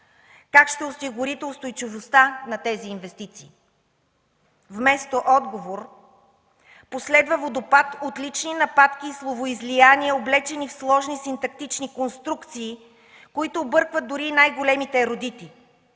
Как ще осигурите устойчивостта на тези инвестиции? Вместо отговор последва водопад от лични нападки и словоизлияния, облечени в сложни синтактични конструкции, които объркват дори и най-големите ерудити.